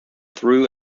through